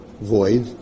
void